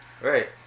Right